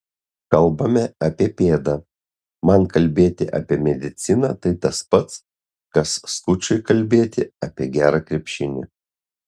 kalbame apie pėdą man kalbėti apie mediciną tai tas pats kas skučui kalbėti apie gerą krepšinį